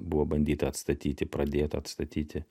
buvo bandyta atstatyti pradėta atstatyti